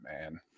man